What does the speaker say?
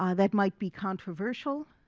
ah that might be controversial,